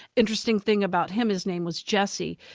interesting thing about him, his name was jesse,